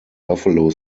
buffalo